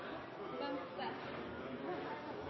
den